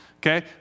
Okay